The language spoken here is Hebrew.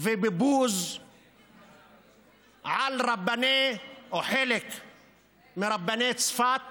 ובבוז על רבני, או חלק מרבני, צפת